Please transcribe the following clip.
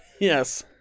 Yes